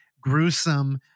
gruesome